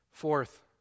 Fourth